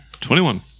Twenty-one